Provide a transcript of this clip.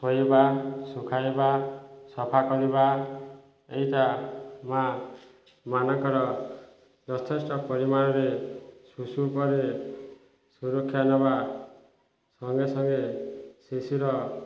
ଧୋଇବା ଶୁଖାଇବା ସଫା କରିବା ଏଇଟା ମା' ମାନଙ୍କର ଯଥେଷ୍ଟ ପରିମାଣରେ ଶିଶୁ ଉପରେ ସୁରକ୍ଷା ନେବା ସଙ୍ଗେ ସଙ୍ଗେ ଶିଶୁର